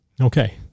Okay